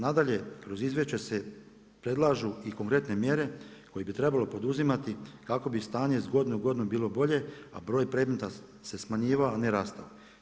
Nadalje, kroz izvješće se predlažu i konkretne mjere koje bi trebalo poduzimati kako bi stanje iz godine u godinu bilo bolje, a broj predmeta se smanjivao a ne rastao.